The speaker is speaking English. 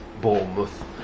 Bournemouth